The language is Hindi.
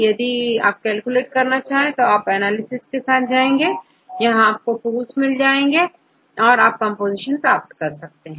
तो यदि आप कैलकुलेट करना चाहते हैं आप एनालिसिस के साथ जाएंगे यहां आपको टूल्स मिलेंगे जिनका उपयोग कर आप कंपोजीशन प्राप्त कर सकते हैं